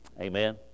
Amen